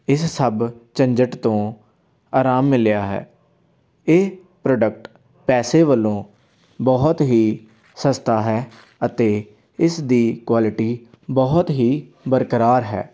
ਇਸ ਸਭ ਝੰਜਟ ਤੋਂ ਆਰਾਮ ਮਿਲਿਆ ਹੈ ਇਹ ਪ੍ਰੋਡਕਟ ਪੈਸੇ ਵੱਲੋਂ ਬਹੁਤ ਹੀ ਸਸਤਾ ਹੈ ਅਤੇ ਇਸ ਦੀ ਕੁਆਲਿਟੀ ਬਹੁਤ ਹੀ ਬਰਕਰਾਰ ਹੈ